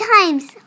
times